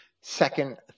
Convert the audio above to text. second